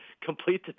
complete